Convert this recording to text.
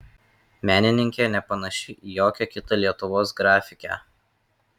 menininkė nepanaši į jokią kitą lietuvos grafikę